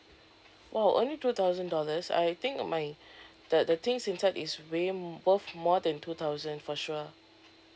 !wow! only two thousand dollars I think my the the things inside is way worth more than two thousand for sure